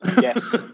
Yes